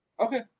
Okay